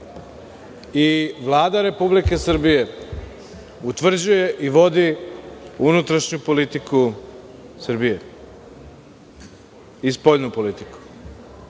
i Vlada Republike Srbije utvrđuje i vodi unutrašnju politiku Srbije i spoljnu politiku.